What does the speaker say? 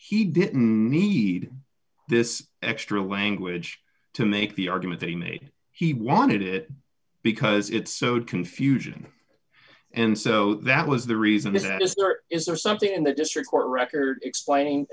he didn't need this extra language to make the argument that he made he wanted it because it's so confusion and so that was the reason is it is nor is there something in the district court record explaining